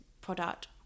product